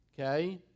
okay